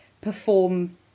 perform